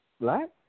black